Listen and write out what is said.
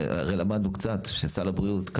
הרי למדנו קצת שסל הבריאות,